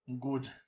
good